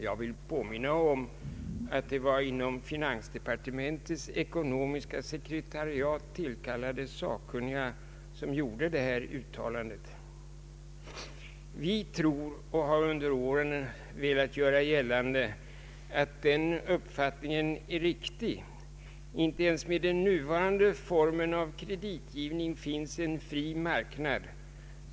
Jag vill påminna om att det var inom finansdepartementets ekonomiska sekretariat tillkallade sakkunniga som gjorde detta uttalande. Vi tror på den uppfattningen och har under åren velat göra gällande att den är riktig. Inte ens med den nuvarande formen av kreditgivning finns en fri marknad.